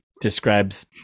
describes